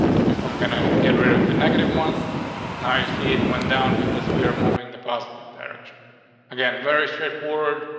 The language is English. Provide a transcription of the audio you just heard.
if i'm gonna get rid of the negative one now, i see it went down because we're moving the positive direction again. very straightforward.